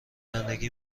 زندگی